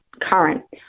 current